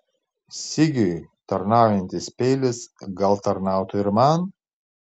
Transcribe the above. sigiui tarnaujantis peilis gal tarnautų ir man